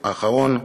האחרון,